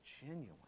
genuine